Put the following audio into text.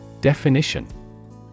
Definition